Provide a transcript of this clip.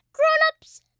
grown-ups,